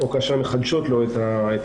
או כאשר הן מחדשות לו את המכרז,